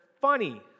funny